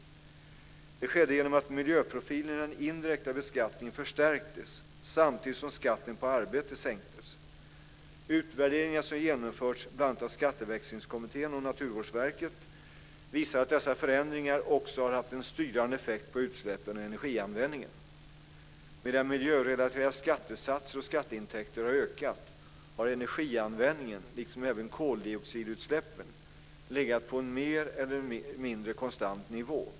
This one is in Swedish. Det skedde genom att miljöprofilen i den indirekta beskattningen förstärktes samtidigt som skatten på arbete sänktes. Utvärderingar som genomförts av bl.a. Skatteväxlingskommittén och Naturvårdsverket visar att dessa förändringar också har haft en styrande effekt på utsläppen och energianvändningen. Medan miljörelaterade skattesatser och skatteintäkter har ökat har energianvändningen liksom även koldioxidutsläppen legat på en mer eller mindre konstant nivå.